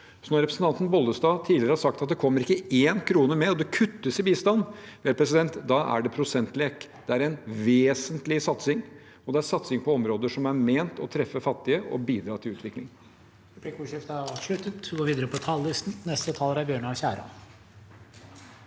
Når representanten Bollestad tidligere har sagt at det ikke kommer én krone mer, og at det kuttes i bistand, da er det prosentlek. Det er en vesentlig satsing, og det er satsing på områder som er ment å treffe fattige og bidra til utvikling.